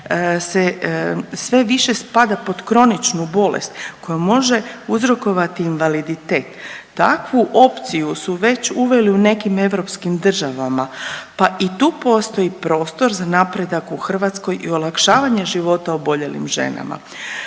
sve više spada pod kroničnu bolest koja može uzrokovati invaliditet. Takvu opciju su već uveli u nekim europskim državama, pa i tu postoji prostor za napredak u Hrvatskoj i olakšavanje života oboljelim ženama.